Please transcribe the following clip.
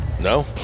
No